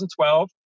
2012